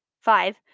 Five